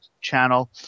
channel